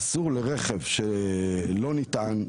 אסור לרכב שלא נטען,